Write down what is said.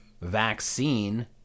vaccine